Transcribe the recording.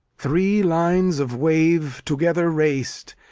three lines of wave together raced,